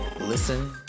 listen